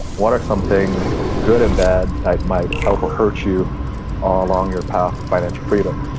what are some things, good and bad, that might help or hurt you ah along your path to financial freedom?